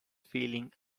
feeling